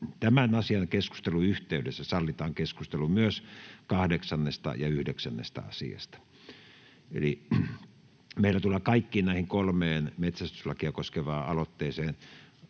Tämän asian keskustelun yhteydessä sallitaan keskustelu myös 8. ja 9. asiasta. Eli meillä tullaan kaikkiin näihin kolmeen metsästyslakia koskevaan aloitteeseen